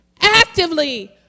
actively